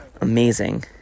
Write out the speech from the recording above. amazing